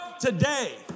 today